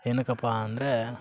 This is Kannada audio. ಏನಕಪ್ಪ ಅಂದರೆ